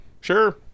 Sure